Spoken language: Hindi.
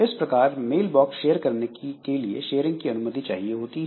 इस प्रकार मेल बॉक्स शेयर करने के लिए शेयरिंग की अनुमति चाहिए होती है